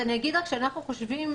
אני אגיד רק שאנחנו חושבים,